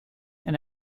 and